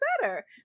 better